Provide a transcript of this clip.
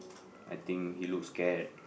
I think he looks scared